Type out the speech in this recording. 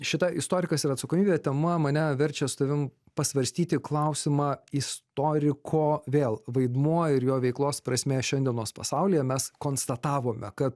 šita istorikas ir atsakomybė tema mane verčia su tavim pasvarstyti klausimą istoriko vėl vaidmuo ir jo veiklos prasmė šiandienos pasaulyje mes konstatavome kad